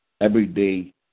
everyday